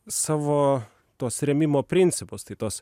savo tuos rėmimo principus tai tuos